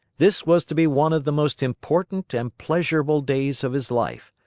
this was to be one of the most important and pleasurable days of his life,